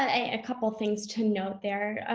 a couple things to note there.